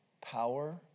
power